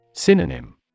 Synonym